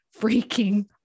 freaking